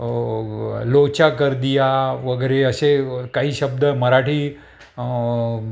लोचा कर्दी वगैरे असे काही शब्द मराठी